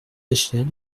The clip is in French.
bechtel